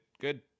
good